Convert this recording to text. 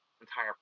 entire